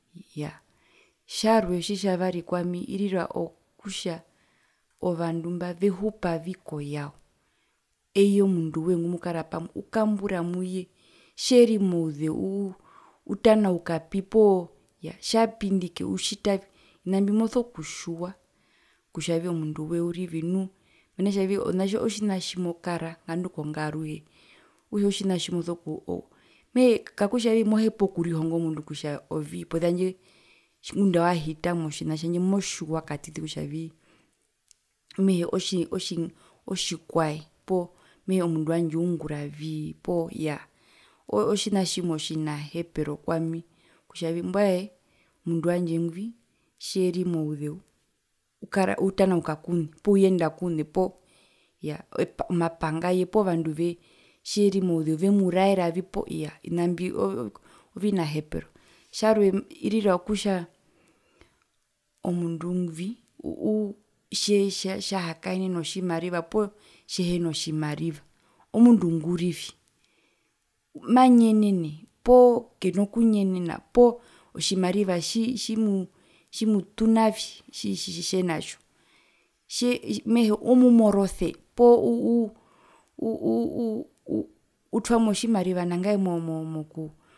Iyaa tjarwe otjitjavari kwami irira kutja ovandu mba vehupavi koyao eye omundu woye ngumukara pamwe ukambura muye tjeri mouzeu uu utanaukapi poo tjapindike utjitavi ovina mbi moso kutjiwa kutjavii omunduwe urivi mena kutjavi otjina tjo tjina mumokara ngandu kongaaruhe, okutja otjina tjimoso ku ku mehee kakutja mohepa okurihonga omundu posia tjandje ngunda auhiyahita motjina tjandje motjiwa katiti kutjavii mehee otjina otji otji mehee otjikwae poo meheeomundu wandje uunguravii poo iyaa otjina tjimwe otjinahepero kwami kutjavi mbwae omundu wandje ngwi tjeri mouzeu ukara poo utanauka kuune poo uyenda kuune poo iyaa omapangaye poo vanduve tjeri mouzeu vemuraeravi poo iyaa ovina mbi oo o ovinahepero. Tjarwe irira kutja omundu ngwi tja tja hakaene notjimariva poo tjehina tjimariva omundu ngurivi manyenene poo kena kunyenena poo otjimariva tji tjmuu tjimu tuna tje tje natjo poo omumorose poo uu uu uu utwamo tjimariva nangae mo mo moku